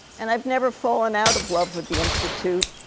and i've never fallen out of love with the institute.